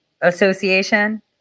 Association